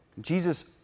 Jesus